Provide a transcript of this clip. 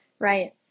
Right